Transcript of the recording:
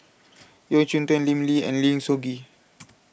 Yeo Cheow Tong Lim Lee and Lim Soo Ngee